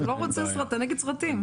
אתה נגד סרטים.